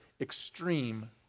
extreme